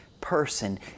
person